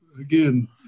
again